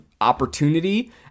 opportunity